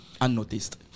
unnoticed